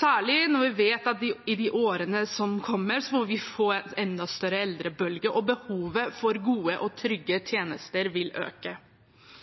særlig når vi vet at i årene som kommer, vil vi få en enda større eldrebølge, og behovet for gode og trygge tjenester vil øke.